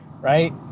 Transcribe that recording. right